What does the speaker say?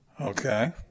Okay